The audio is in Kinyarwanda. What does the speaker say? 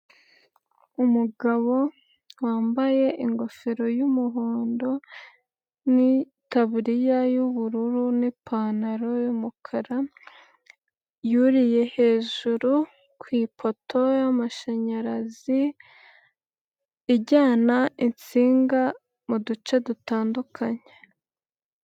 Umugabo wambaye ingofero y'umuhondo n'itaburiya y'ubururu n'ipantaro y'umukara, yuriye hejuru ku ipoto y'amashanyarazi ijyana insinga mu duce dutandukanye.